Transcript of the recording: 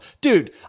Dude